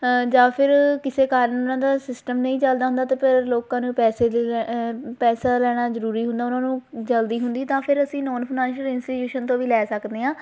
ਜਾਂ ਫਿਰ ਕਿਸੇ ਕਾਰਨ ਉਨ੍ਹਾਂ ਦਾ ਸਿਸਟਮ ਨਹੀਂ ਚੱਲਦਾ ਹੁੰਦਾ ਤਾਂ ਫਿਰ ਲੋਕਾਂ ਨੂੰ ਪੈਸੇ ਲ ਪੈਸਾ ਲੈਣਾ ਜ਼ਰੂਰੀ ਹੁੰਦਾ ਉਹਨਾਂ ਨੂੰ ਜਲਦੀ ਹੁੰਦੀ ਤਾਂ ਫਿਰ ਅਸੀਂ ਨੋਨ ਫਾਈਨੈਸ਼ੀਅਲ ਇੰਸਟੀਟਿਊਸ਼ਨ ਤੋਂ ਵੀ ਲੈ ਸਕਦੇ ਹਾਂ